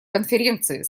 конференции